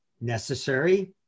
necessary